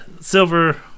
Silver